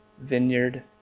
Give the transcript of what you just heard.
vineyard